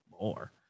more